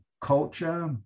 culture